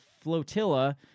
flotilla